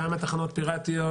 כמה תחנות פיראטיות